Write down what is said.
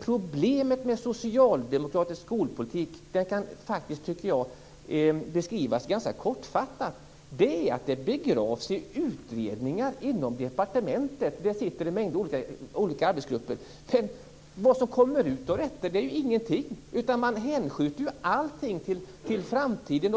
Problemet med socialdemokratisk skolpolitik tycker jag faktiskt kan beskrivas ganska kortfattat, den begravs i utredningar inom departementet. Där finns en mängd olika arbetsgrupper. Det som kommer ut av detta är ingenting. Man hänskjuter allting till framtiden.